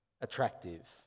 attractive